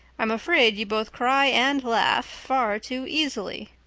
i'm afraid you both cry and laugh far too easily.